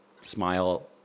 smile